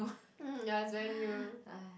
um ya it's very near